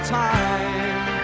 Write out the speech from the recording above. time